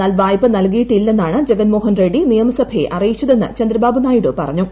എന്നാൽ വായ്പ നൽകിയിട്ടില്ലെന്നാണ് ജഗൻ മോഹൻ റെഡ്സി നിയമസഭയെ അറിയിച്ചതെന്ന് ചന്ദ്രബാബു നായിഡു പറഞ്ഞു